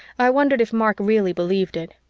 i wondered if mark really believed it.